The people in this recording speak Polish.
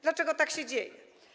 Dlaczego tak się dzieje?